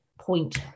point